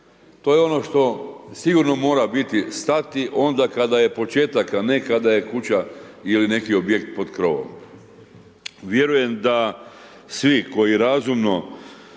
To je ono što sigurno mora biti stati onda kada je početak, a ne kada je kuća ili neki objekt pod krovom. Vjerujem da svi koji razumno